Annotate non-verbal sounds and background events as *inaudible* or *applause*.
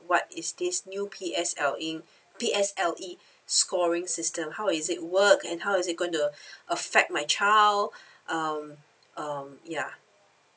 what is this new P_S_L_E P_S_L_E scoring system how is it work and how is it going to *breath* affect my child um um ya